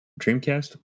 Dreamcast